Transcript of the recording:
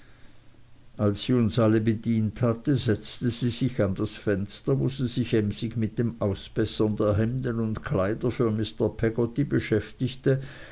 als sie uns alle bedient hatte setzte sie sich an das fenster wo sie sich emsig mit dem ausbessern der hemden und kleider für mr peggotty beschäftigte